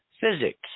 physics